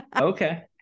Okay